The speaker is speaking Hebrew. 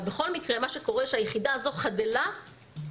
אבל בכל מקרה מה שקורה הוא שהיחידה הזאת חדלה מלהתקיים,